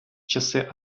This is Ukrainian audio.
часи